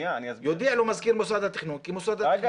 יודיע לו מזכיר מוסד התכנון כי מוסד התכנון